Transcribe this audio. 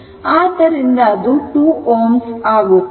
ಆದ್ದರಿಂದ ಅದು 2 Ω ಆಗುತ್ತದೆ